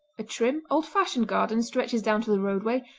a trim old-fashioned garden stretches down to the roadway,